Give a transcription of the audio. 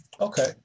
Okay